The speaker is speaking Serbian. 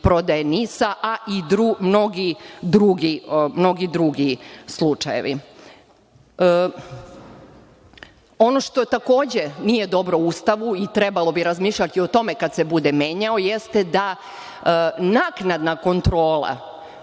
prodaje NIS-a, a i mnogi drugi slučajevi. Ono što takođe nije dobro u Ustavu, i trebalo bi razmišljati o tome kad se bude menjao, jeste da naknadna kontrola